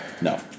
No